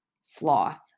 sloth